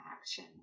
Action